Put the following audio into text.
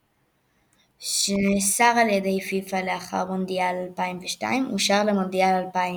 שתי הקבוצות שיסיימו במקומות הראשון והשני בכל אחד משנים עשר הבתים,